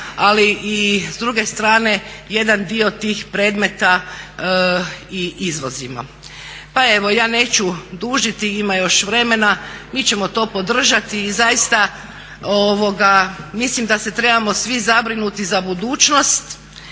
ali i s druge strane jedan dio tih predmeta i izvozimo. Pa evo ja neću dužiti, ima još vremena, mi ćemo to podržati i zaista mislim da se trebamo svi zabrinuti za budućnost